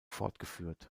fortgeführt